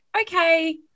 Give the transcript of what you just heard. okay